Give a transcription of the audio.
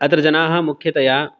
अत्र जनाः मुख्यतया